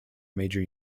major